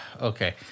Okay